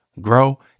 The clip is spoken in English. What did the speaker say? grow